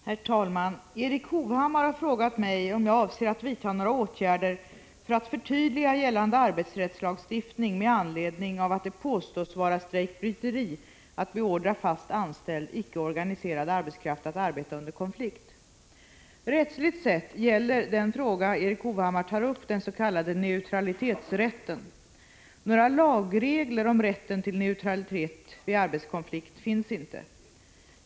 Herr talman! Erik Hovhammar har frågat mig om jag avser att vidta några åtgärder för att förtydliga gällande arbetsrättslagstiftning med anledning av att det påståtts vara strejkbryteri att beordra fast anställd icke organiserad arbetskraft att arbeta under konflikt. Rättsligt sett gäller den fråga Erik Hovhammar tar upp den s.k. neutralitetsrätten. Några lagregler om rätten till neutralitet vid arbetskonflikt finns inte.